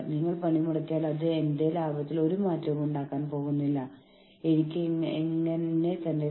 ഒരു യൂണിയൻ രൂപീകരിക്കേണ്ടതിന്റെ ആവശ്യകത പോലും അവർക്ക് തോന്നുന്നില്ല